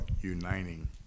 uniting